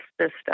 system